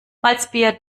malzbier